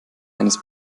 eines